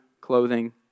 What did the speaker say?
clothing